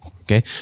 Okay